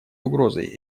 угрозой